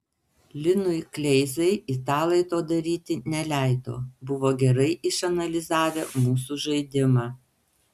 linui kleizai italai to daryti neleido buvo gerai išanalizavę mūsų žaidimą